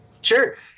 Sure